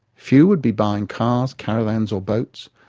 few would be buying cars, caravans, or boats.